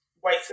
white